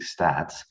stats